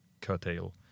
curtail